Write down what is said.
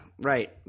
Right